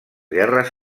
guerres